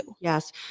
Yes